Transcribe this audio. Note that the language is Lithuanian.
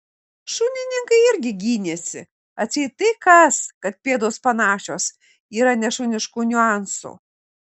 šunininkai irgi gynėsi atseit tai kas kad pėdos panašios yra nešuniškų niuansų